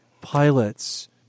pilots